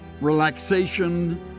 relaxation